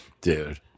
Dude